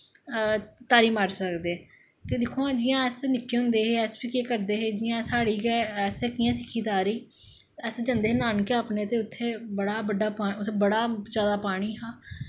तारी मारी सकदे ते दिक्खो हां जिसलै अस निक्के होंदे हे अस बी केह् करदे हे साढ़ी गै असैं कि'यां सिक्खी तारी अस जंदे हे नानकै अपनैं ते उत्थै बड़ा बड्डा उत्थै बड़ा पानी हा